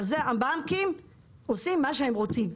אבל הבנקים עושים מה שהם רוצים.